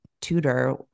tutor